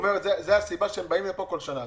הוא אומר זה הסיבה שהם באים לפה כל שנה,